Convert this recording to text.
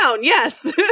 Yes